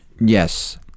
yes